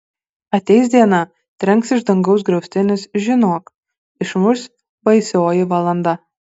ateis diena trenks iš dangaus griaustinis žinok išmuš baisioji valanda